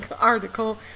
article